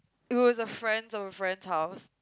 it was friend's or friend's house